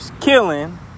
killing